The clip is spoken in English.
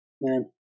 Man